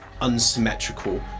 unsymmetrical